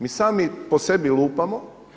Mi sami po sebi lupamo.